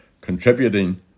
contributing